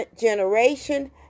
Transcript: generation